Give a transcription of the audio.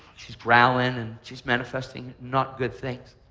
she's growling, and she's manifesting not good things,